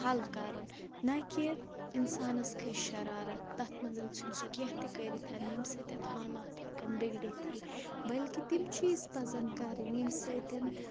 حل کَرُن نہ کہِ اِنسانَس کھَسہِ شرارَتھ تَتھ منٛز ژھٕنہِ سُہ کیٚنہہ تہِ کٔرِتھ ییٚمہِ سۭتۍ حالات ہٮ۪کَن بِگڑِتھٕے بلکہِ تِم چیٖز پَزَن کَرٕنۍ ییٚمہِ سۭتۍ